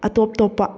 ꯑꯇꯣꯞ ꯇꯣꯞꯄ